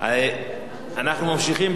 אנחנו ממשיכים בסדר-היום.